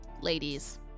ladies